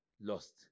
lost